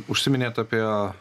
užsiminėt apie